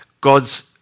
God's